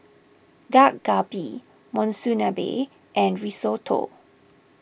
Dak Galbi Monsunabe and Risotto